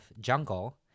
jungle